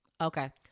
Okay